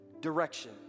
direction